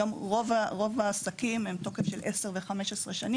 היום, רוב העסקים הם עם תוקף של 10 ו-15 שנה,